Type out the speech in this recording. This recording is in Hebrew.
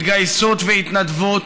התגייסות והתנדבות